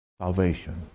salvation